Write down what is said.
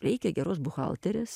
reikia geros buhalterės